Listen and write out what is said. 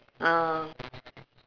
ah